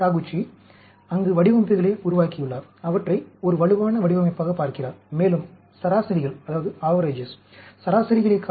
Taguchi அங்கு வடிவமைப்புகளை உருவாக்கியுள்ளார் அவற்றை ஒரு வலுவான வடிவமைப்பாகப் பார்க்கிறார் மேலும் சராசரிகளைக் averages